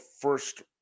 first